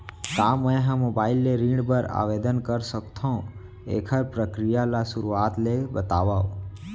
का मैं ह मोबाइल ले ऋण बर आवेदन कर सकथो, एखर प्रक्रिया ला शुरुआत ले बतावव?